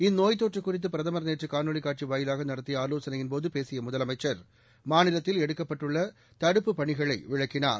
இந்நோய்த் தொற்று குறித்து பிரதமர் நேற்று காணொலிக் காட்சி வாயிலாக நடத்திய ஆலோசனையின்போது பேசிய முதலமைச்சர் மாநிலத்தில் எடுக்கப்பட்டுள்ள தடுப்புப் பணிகளை விளக்கினார்